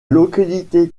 localité